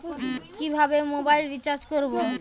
কিভাবে mobile recharge করব?